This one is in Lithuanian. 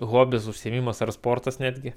hobis užsiėmimas ar sportas netgi